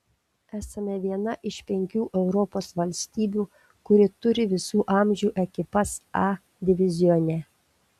esame viena iš penkių europos valstybių kuri turi visų amžių ekipas a divizione